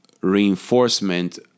reinforcement